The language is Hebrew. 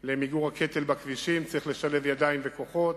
של מיגור הקטל בכבישים צריך לשלב ידיים וכוחות,